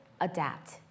adapt